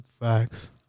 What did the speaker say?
Facts